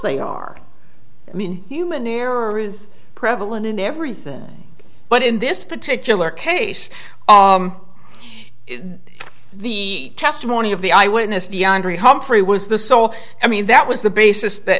they are mean human error is prevalent in everything but in this particular case the testimony of the eyewitness deonte humphrey was the sole i mean that was the basis that